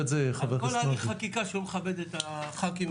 שהוא רב העיר או הרב המקומי,